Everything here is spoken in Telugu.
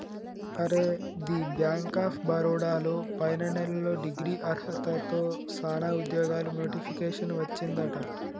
అరే ది బ్యాంక్ ఆఫ్ బరోడా లో పైన నెలలో డిగ్రీ అర్హతతో సానా ఉద్యోగాలు నోటిఫికేషన్ వచ్చిందట